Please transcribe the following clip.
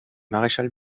maréchal